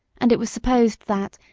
and it was supposed that,